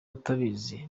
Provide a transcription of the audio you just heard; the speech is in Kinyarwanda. utabizi